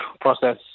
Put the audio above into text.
process